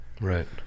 Right